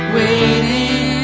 waiting